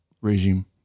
regime